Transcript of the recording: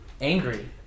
angry